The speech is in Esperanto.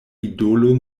idolo